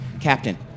Captain